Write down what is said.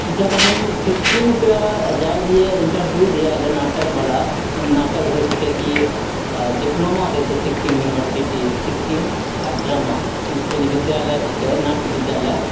जब हम सिक्किमके जाइ रहियै इंटरव्यू दिय लिए नाटकवला ओइमे नाटक होइ छिकै की आओर डिप्लोमा दै छै सिक्किम युनिवर्सिटी सिक्किम आओर ड्रामा इसकुल विद्यालय छिकै नाट्य विद्यालय